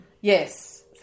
Yes